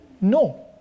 No